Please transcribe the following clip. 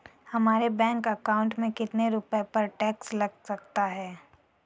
हमारे bank account में कितने रुपये पर टैक्स लग सकता है?